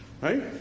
Right